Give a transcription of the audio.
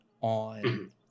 on